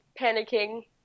panicking